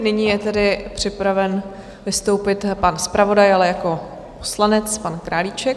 Nyní je tedy připraven vystoupit pan zpravodaj, ale jako poslanec, pan Králíček.